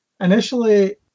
Initially